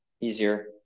easier